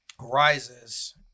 Rises